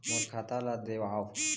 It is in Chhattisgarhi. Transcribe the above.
मोर खाता ला देवाव?